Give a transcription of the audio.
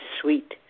sweet